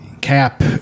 Cap